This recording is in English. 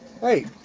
Hey